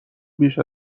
بیش